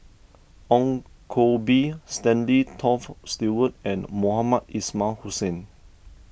Ong Koh Bee Stanley Toft Stewart and Mohamed Ismail Hussain